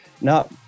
no